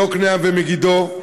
יוקנעם ומגידו.